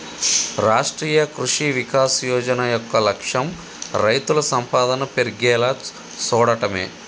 రాష్ట్రీయ కృషి వికాస్ యోజన యొక్క లక్ష్యం రైతుల సంపాదన పెర్గేలా సూడటమే